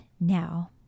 now